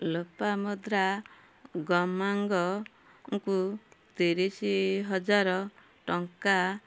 ଲୋପାମୁଦ୍ରା ଗମାଙ୍ଗଙ୍କୁ ତିରିଶ ହଜାର ଟଙ୍କା